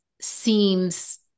seems